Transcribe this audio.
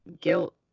guilt